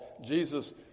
Jesus